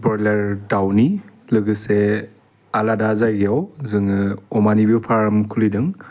बयलार दाउनि लोगोसे आलादा जायगायाव जोङो अमानिबो फार्म खुलिदों